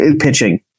pitching